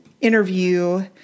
interview